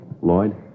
Lloyd